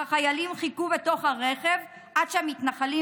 אך החיילים חיכו בתוך הרכב עד שהמתנחלים